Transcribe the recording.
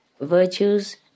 virtues